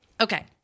okay